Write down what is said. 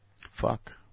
Fuck